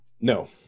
No